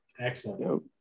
Excellent